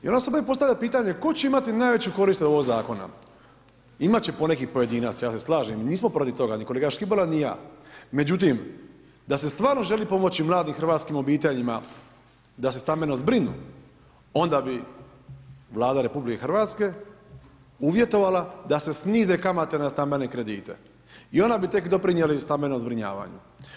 I onda se opet postavlja pitanje tko će imati najveću korist od ovog zakona? imate će poneki pojedinac, ja se slažem, nismo protiv toga ni kolega Škibola ni ja, međutim, da se stvarno želi pomoći mladim hrvatskim obiteljima da se stambeno zbrinu, onda bi Vlada Rh uvjetovala da se snize kamatne na stambene kredite i onda bi tek doprinijeli stambenom zbrinjavanju.